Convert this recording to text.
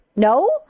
No